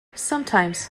sometimes